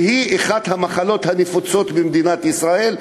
שהיא אחת המחלות הנפוצות במדינת ישראל,